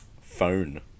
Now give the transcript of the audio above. Phone